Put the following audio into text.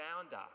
founder